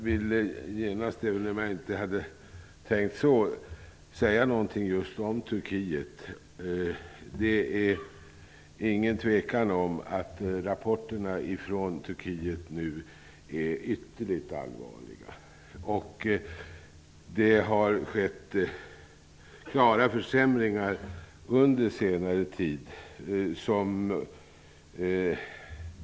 Herr talman! Jag vill genast säga något om Turkiet. Det är ingen tvekan om att rapporterna från Turkiet nu är ytterligt allvarliga. Det har skett klara försämringar under senare tid.